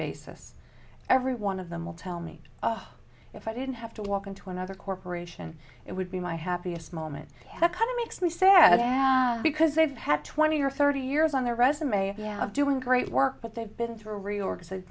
basis every one of them will tell me if i didn't have to walk into another corporation it would be my happiest moment that kind of makes me sad because they've had twenty or thirty years on their resume yeah of doing great work but they've been